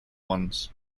ones